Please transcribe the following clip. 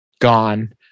gone